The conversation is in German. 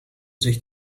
sich